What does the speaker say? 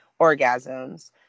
orgasms